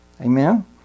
Amen